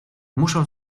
muszę